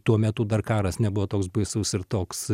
tuo metu dar karas nebuvo toks baisus ir toks